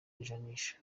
janisha